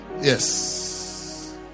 yes